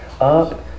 up